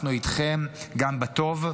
אנחנו אתכם גם בטוב,